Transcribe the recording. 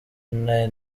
n’aya